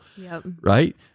Right